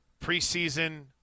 preseason